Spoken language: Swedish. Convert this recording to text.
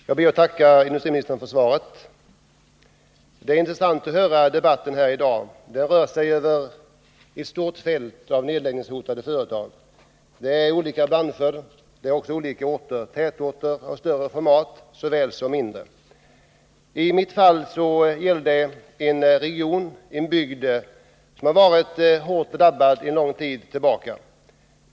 Herr talman! Jag ber att få tacka industriministern för svaret. Det har varit intressant att höra debatterna här i dag. De har rört sig över ett stort fält av nedläggningshotade företag i olika branscher och på olika slags orter — större tätorter såväl som mindre. I mitt fall gäller det en bygd och en region som är hårt drabbade sedan lång tid tillbaka.